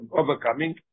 overcoming